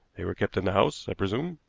they were kept in the house, i presume?